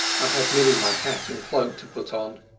i have merely my hat and cloak to put on.